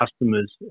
customers